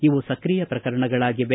ಇವು ಸಕ್ರಿಯ ಪ್ರಕರಣಗಳಾಗಿವೆ